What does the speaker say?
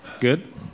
good